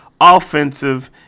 offensive